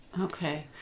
Okay